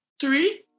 three